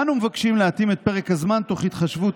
רק שהתרגום יהיה